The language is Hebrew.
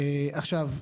עכשיו,